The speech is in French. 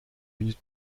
minutes